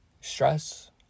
stress